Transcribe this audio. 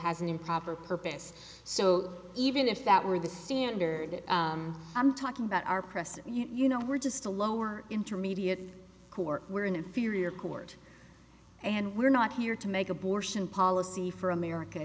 an improper purpose so even if that were the standard i'm talking about our press you know we're just a lower intermediate court where an inferior court and we're not here to make abortion policy for america